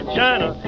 China